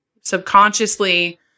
subconsciously